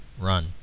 run